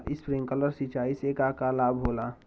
Sprinkler सिंचाई से का का लाभ ह?